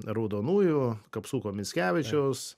raudonųjų kapsuko mickevičiaus